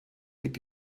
liegt